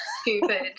stupid